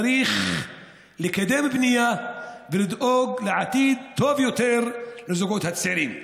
צריך לקדם בנייה ולדאוג לעתיד טוב יותר לזוגות הצעירים.